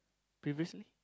previously